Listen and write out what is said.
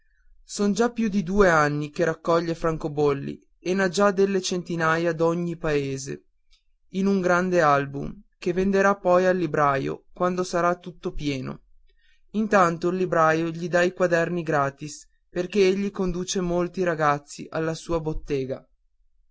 son già più di due anni che raccoglie francobolli e n'ha già delle centinaia d'ogni paese in un grande album che venderà poi al libraio quando sarà tutto pieno intanto il libraio gli dà i quaderni gratis perché egli conduce molti ragazzi alla sua bottega